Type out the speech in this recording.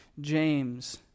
James